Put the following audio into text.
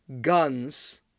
guns